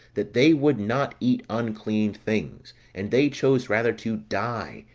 that they would not eat unclean things and they chose rather to die,